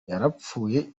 yarapfuye